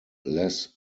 less